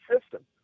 system